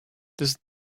this